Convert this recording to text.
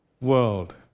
world